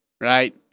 right